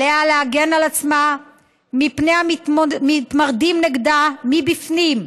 עליה להגן על עצמה מפני המתמרדים נגדה מבפנים.